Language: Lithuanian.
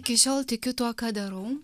iki šiol tikiu tuo ką darau